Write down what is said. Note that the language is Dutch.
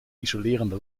isolerende